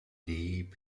deep